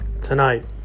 Tonight